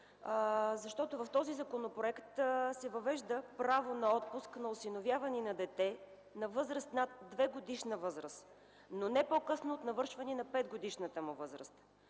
В този законопроект се въвежда право на отпуск при осиновяване на дете над двегодишна възраст, но не по-късно от навършване на петгодишната му възраст.